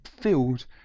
filled